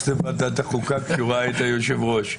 לוועדת החוקה כשהוא ראה את היושב-ראש.